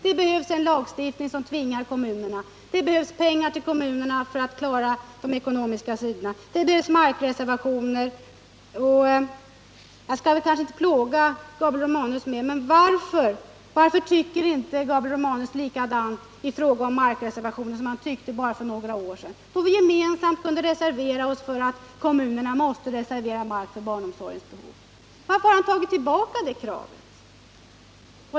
Det behövs en lagstiftning som tvingar kommunerna, det behövs pengar till kommunerna för att klara ekonomin och det behövs markreservationer. Jag skall kanske inte plåga Gabriel Romanus mer, men jag vill ändå fråga: Varför tycker inte Gabriel Romanus likadant nu i fråga om markreservationer som han gjorde för bara några år sedan, då vi gemensamt kunde reservera oss för att kommunerna skulle reservera mark för barnomsorgens behov? Varför har Gabriel Romanus tagit tillbaka det kravet?